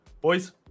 Boys